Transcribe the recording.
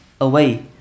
away